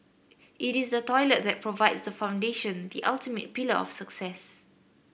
it is the toilet that provides the foundation the ultimate pillar of success